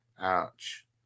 ouch